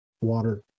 water